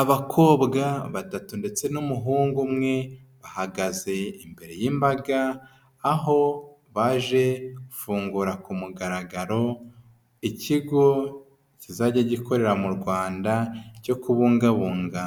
Abakobwa batatu ndetse n'umuhungu umwe bahagaze imbere y'imbaga, aho baje gufungura ku mugaragaro ikigo kizajya gikorera mu Rwanda cyo kubungabunga